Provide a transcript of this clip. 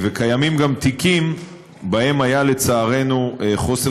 קיימים גם תיקים שבהם היה לצערנו חוסר